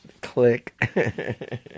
click